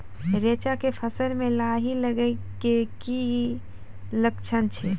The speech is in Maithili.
रैचा के फसल मे लाही लगे के की लक्छण छै?